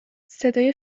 صدای